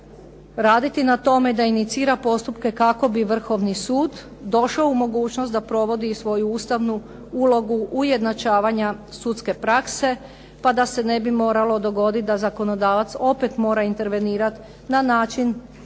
raditi na tome da inicira postupke kako bi Vrhovni sud došao u mogućnost da provodi svoju Ustavnu ulogu ujednačavanja sudske prakse, pa da se ne bi moralo dogoditi da zakonodavac opet mora intervenirati na način da